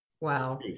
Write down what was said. Wow